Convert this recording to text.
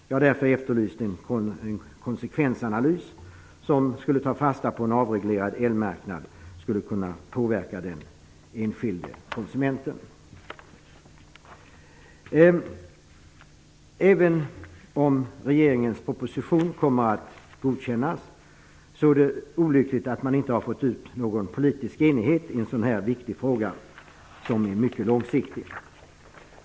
Jag har därför efterlyst en konsekvensanalys som skulle ta fasta på hur en avreglerad elmarknad skulle kunna påverka den enskilde komsumenten. Även om regeringens proposition kommer att godkännas är det olyckligt att man inte fått en politisk enighet i en så här viktig fråga som är mycket långsiktig.